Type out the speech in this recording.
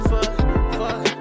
Fuck